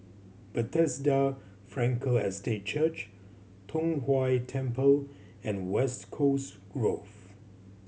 Bethesda Frankel Estate Church Tong Whye Temple and West Coast Grove